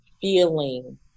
feeling